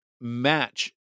match